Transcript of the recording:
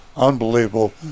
unbelievable